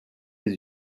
les